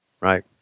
Right